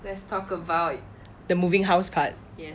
let's talk about the moving house part